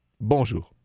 Bonjour